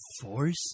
Force